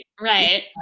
right